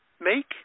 make